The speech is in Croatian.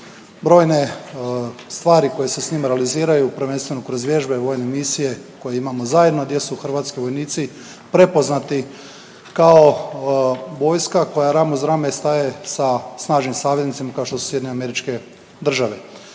brojne stvari koje se s njima realiziraju, prvenstveno kroz vježbe i vojne misije koje imamo zajedno, a gdje su hrvatski vojnici prepoznati kao vojska koja rame uz rame staje sa snažnim saveznicima kao što su SAD. Naravno da